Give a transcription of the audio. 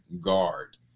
guard